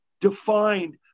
defined